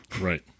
Right